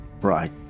right